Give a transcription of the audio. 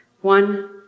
One